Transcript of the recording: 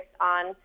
on